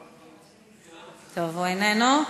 איננו.